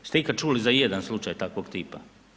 Jeste ikad čuli za ijedan slučaj takvog tipa?